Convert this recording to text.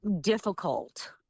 difficult